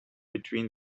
between